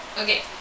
Okay